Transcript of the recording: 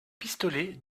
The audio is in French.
pistolets